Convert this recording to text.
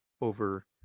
over